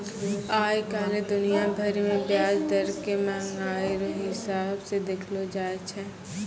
आइ काल्हि दुनिया भरि मे ब्याज दर के मंहगाइ रो हिसाब से देखलो जाय छै